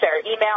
email